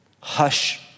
hush